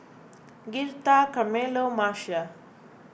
Girtha Carmelo Marcia